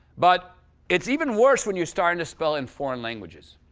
but it's even worse when you're starting to spell in foreign languages,